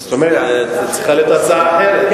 אז צריכה להיות הצעה אחרת.